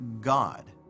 God